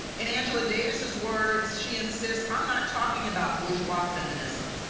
and angela davis his words she insists i'm not talking about bourgeois feminism.